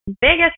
biggest